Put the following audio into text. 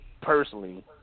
personally